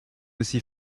aussi